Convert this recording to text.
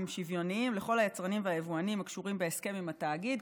הם שוויוניים לכל היצרנים והיבואנים הקשורים בהסכם עם התאגיד,